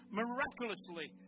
miraculously